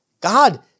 God